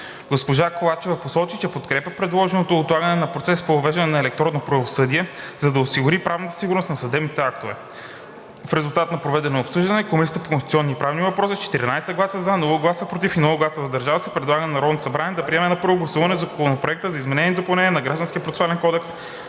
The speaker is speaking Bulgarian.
Госпожа Ковачева посочи, че подкрепя предложеното отлагане на процеса по въвеждане на електронното правосъдие, за да се осигури правна сигурност на съдебните актове. В резултат на проведеното обсъждане Комисията по конституционни и правни въпроси, с 14 гласа „за“, без „против“ и „въздържал се“, предлага на Народното събрание да приеме на първо гласуване Законопроект за изменение и допълнение на Гражданския процесуален кодекс,